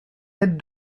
aide